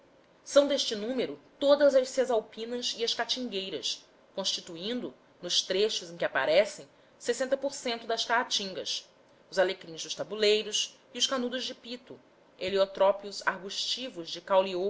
são deste número todas as cesalpinas e as catingueiras constituindo nos trechos em que aparecem sessenta por cento das caatingas os alecrins dos tabuleiros e os canudos de pito heliotrópicos arbustivos de caule